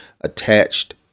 attached